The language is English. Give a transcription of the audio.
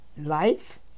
life